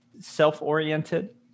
self-oriented